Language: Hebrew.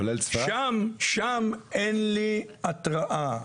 שם אין לי התראה.